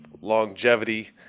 longevity